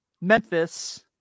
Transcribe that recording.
Memphis